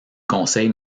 conseil